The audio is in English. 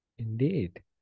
Indeed